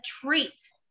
treats